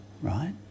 right